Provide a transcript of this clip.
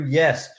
yes